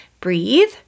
breathe